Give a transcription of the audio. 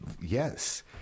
yes